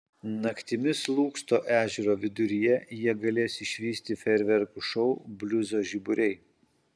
naktimis lūksto ežero viduryje jie galės išvysti fejerverkų šou bliuzo žiburiai